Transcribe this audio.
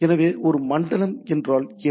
எனவே ஒரு மண்டலம் என்றால் என்ன